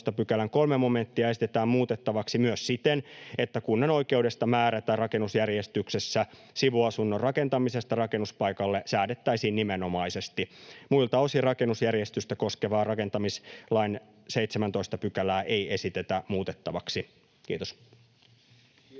17 §:n 3 momenttia esitetään muutettavaksi myös siten, että kunnan oikeudesta määrätä rakennusjärjestyksessä sivuasunnon rakentamisesta rakennuspaikalle säädettäisiin nimenomaisesti. Muilta osin rakennusjärjestystä koskevaa rakentamislain 17 §:ää ei esitetä muutettavaksi. — Kiitos.